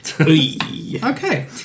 Okay